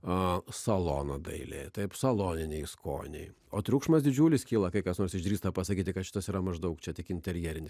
o salono dailė taip saloniniai skoniai o triukšmas didžiulis kyla kai kas nors išdrįsta pasakyti kad šitas yra maždaug čia tik interjerinis